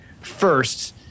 first